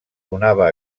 donava